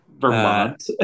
Vermont